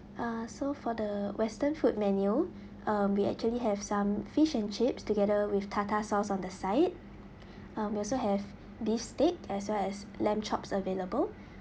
uh so for the western food menu uh we actually have some fish and chips together with tartar sauce on the side uh we also have beef steak as well as lamb chops available